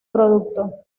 producto